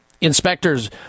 Inspectors